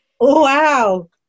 Wow